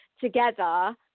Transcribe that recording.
together